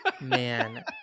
Man